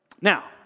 Now